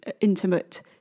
intimate